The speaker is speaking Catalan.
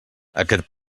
aquest